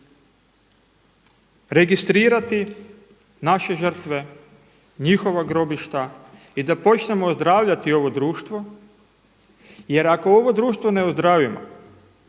registrirati naše žrtve, njihova grobišta i da počnemo ozdravljati ovo društvo. Jer ako ovo društvo ne ozdravimo,